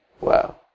Wow